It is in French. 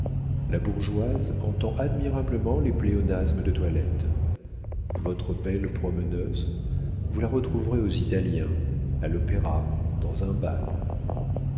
la bourgeoise entend admirablement les pléonasmes de toilette votre belle promeneuse vous la retrouverez aux italiens à l'opéra dans un bal